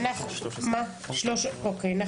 אוקי.